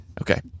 Okay